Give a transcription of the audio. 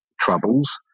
troubles